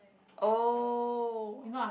oh